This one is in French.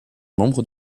membre